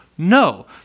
No